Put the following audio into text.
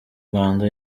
rwanda